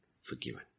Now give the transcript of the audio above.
Forgiven